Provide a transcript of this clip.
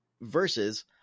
versus